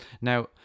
Now